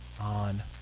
on